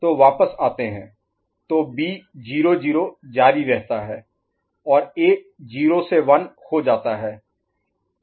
तो वापस आते हैं तो बी 0 0 जारी रहता है और A 0 से 1 हो जाता है